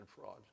fraud